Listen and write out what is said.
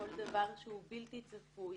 כל דבר שהוא בלתי צפוי,